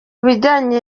bijyanye